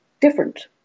different